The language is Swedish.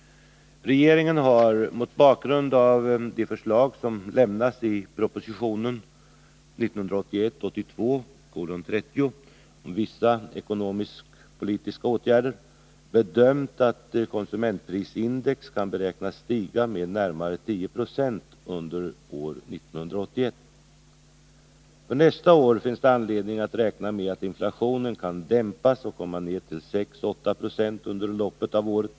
Regeringen har mot bakgrund av de förslag som lämnas i proposition 1981/82:30 om vissa ekonomisk-politiska åtgärder bedömt att konsumentprisindex kan beräknas stiga med närmare 10 26 under år 1981. För nästa år finns det anledning att räkna med att inflationen kan dämpas och komma ner till 6-8 26 under loppet av året.